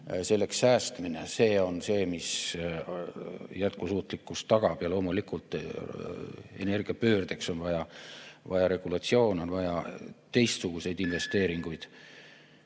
ja säästmine – see on see, mis jätkusuutlikkuse tagab. Loomulikult on energiapöördeks vaja regulatsiooni, on vaja teistsuguseid investeeringuid.